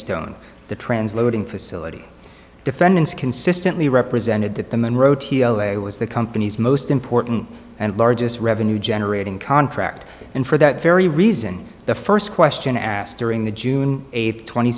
stone the trans loading facility defendants consistently represented that the monroe t l a was the company's most important and largest revenue generating contract and for that very reason the first question asked during the june